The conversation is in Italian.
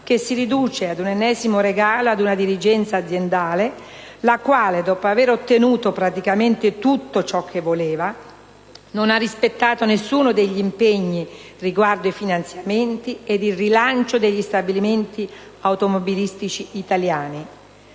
che si riduce ad un ennesimo regalo ad una dirigenza aziendale la quale, dopo aver ottenuto praticamente tutto ciò che voleva, non ha rispettato nessuno degli impegni riguardo i finanziamenti ed il rilancio degli stabilimenti automobilistici italiani.